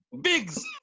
Biggs